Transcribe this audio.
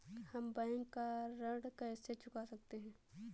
हम बैंक का ऋण कैसे चुका सकते हैं?